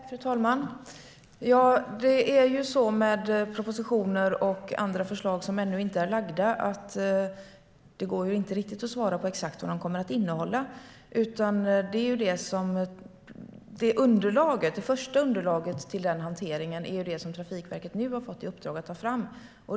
Fru talman! Det är så med propositioner och andra förslag som ännu inte har lagts fram att det inte riktigt går att svara på vad de exakt kommer att innehålla. Det första underlaget till hanteringen är det som Trafikverket nu har fått i uppdrag att ta fram.